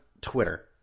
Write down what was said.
Twitter